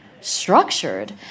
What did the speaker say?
structured